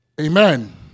Amen